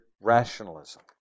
rationalism